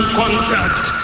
contact